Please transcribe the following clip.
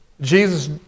Jesus